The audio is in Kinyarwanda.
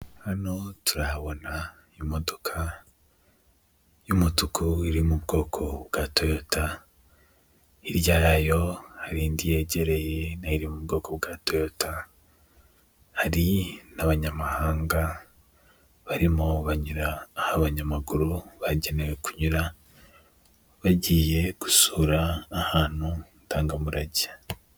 Hano turahabona imodoka y'umutuku iri mu bwoko bwa toyota, hirya yayo hari indi yegereye noyo iri mu bwoko bwa toyota, hari n'abanyamahanga barimo banyura aho abanyamaguru bagenewe kunyura bagiye gusura ahantu ndangamurage.